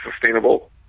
sustainable